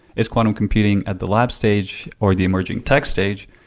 is quantum computing at the lab stage or the emerging tech stage?